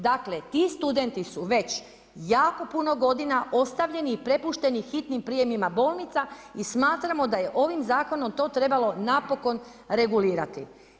Dakle ti studenti su već jako puno godina ostavljeni i prepušteni hitnim prijemima bolnica i smatramo da je ovim zakonom to trebalo napokon regulirati.